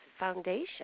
foundation